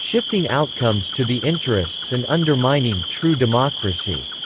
shifting outcomes to the interests and undermining true democracy.